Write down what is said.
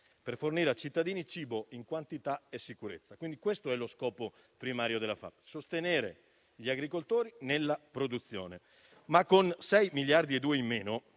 per fornire ai cittadini cibo in quantità e sicurezza. Lo scopo primario della PAC è sostenere gli agricoltori nella produzione. Con 6,2 miliardi in meno